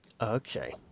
Okay